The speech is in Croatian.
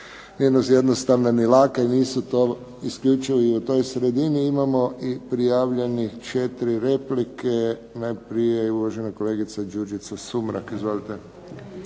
nisu jednostavne ni lake. Nisu to isključivo i u toj sredini. Imamo i prijavljenih četiri replike. Najprije uvažena kolegica Đurđica Sumrak. Izvolite.